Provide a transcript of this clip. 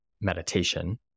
meditation